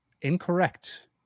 Incorrect